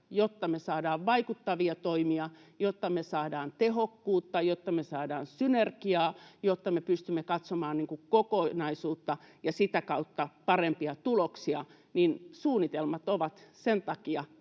jotta me saadaan vaikuttavia toimia, jotta me saadaan tehokkuutta, jotta me saadaan synergiaa ja jotta me pystymme katsomaan kokonaisuutta ja sitä kautta saamaan parempia tuloksia, niin suunnitelmat ovat tärkeitä